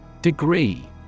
Degree